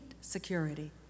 security